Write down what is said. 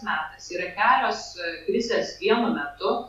metas yra kelios krizės vienu metu